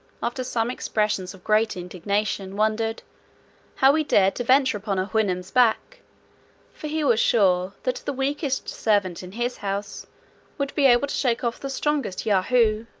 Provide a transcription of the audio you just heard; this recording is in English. after some expressions of great indignation, wondered how we dared to venture upon a houyhnhnm's back for he was sure, that the weakest servant in his house would be able to shake off the strongest yahoo